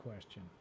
question